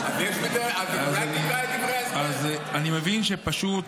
אז אולי תקרא